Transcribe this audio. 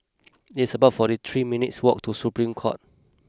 it's about fortythree minutes walk to Supreme Court